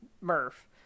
Murph